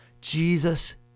Jesus